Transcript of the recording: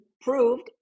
proved